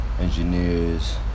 engineers